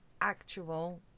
actual